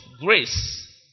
grace